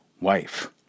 wife